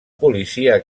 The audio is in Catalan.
policia